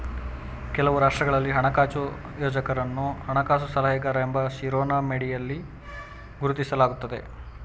ಕೆಲವು ರಾಷ್ಟ್ರಗಳಲ್ಲಿ ಹಣಕಾಸು ಯೋಜಕರನ್ನು ಹಣಕಾಸು ಸಲಹೆಗಾರ ಎಂಬ ಶಿರೋನಾಮೆಯಡಿಯಲ್ಲಿ ಗುರುತಿಸಲಾಗುತ್ತದೆ